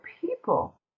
people